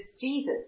Jesus